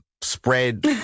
spread